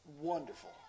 wonderful